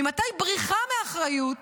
ממתי בריחה מאחריות